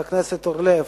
חבר הכנסת אורלב,